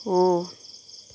हो